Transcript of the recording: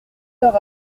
leur